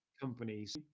companies